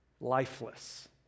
lifeless